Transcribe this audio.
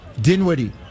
Dinwiddie